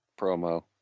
promo